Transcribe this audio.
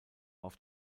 auf